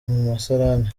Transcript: musarani